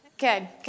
Good